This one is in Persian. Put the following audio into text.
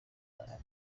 دارد